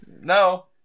No